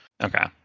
Okay